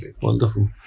Wonderful